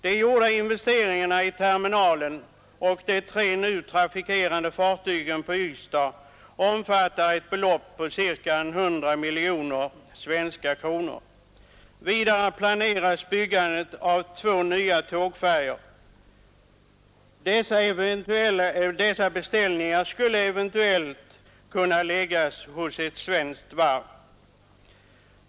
De gjorda investeringarna i terminalen och i de tre fartyg som nu trafikerar Ystad omfattar ett belopp på ca 100 miljoner svenska kronor. Vidare planeras byggandet av två nya tågfärjor. Beställningarna skulle eventuellt komma att läggas hos ett svenskt varv.